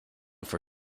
for